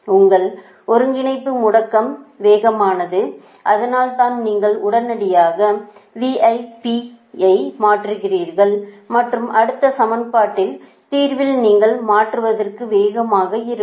உங்கள் ஒருங்கிணைப்பு முடுக்கம் வேகமானது அதனால்தான் நீங்கள் உடனடியாக ஐ மாற்றுகிறீர்கள் மற்றும் அடுத்த சமன்பாட்டின் தீர்வில் நீங்கள் மாற்றுவது வேகமாக இருக்கும்